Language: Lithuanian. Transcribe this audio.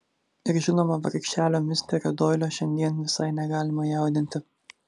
ir žinoma vargšelio misterio doilio šiandien visai negalima jaudinti